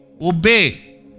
obey